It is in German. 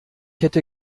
hätte